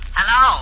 Hello